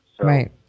Right